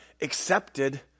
accepted